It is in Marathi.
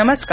नमस्कार